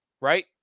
right